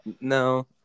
No